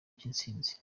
cy’intsinzi